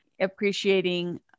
appreciating